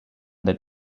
that